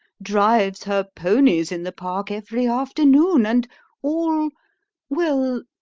drives her ponies in the park every afternoon and all well,